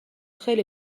خیلی